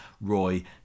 roy